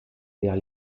vers